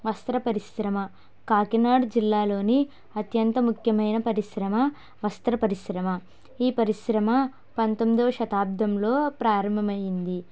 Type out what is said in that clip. వస్త్ర పరిశ్రమ కాకినాడ జిల్లాలోని అత్యంత ముఖ్యమైన పరిశ్రమ వస్త్ర పరిశ్రమ ఈ పరిశ్రమ పంతొమ్మిదవ శతాబ్దంలో ప్రారంభమైంది